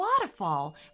waterfall